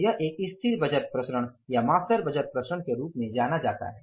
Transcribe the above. तो यह एक स्थिर बजट प्रसरण या मास्टर बजट प्रसरण के रूप में जाना जाता है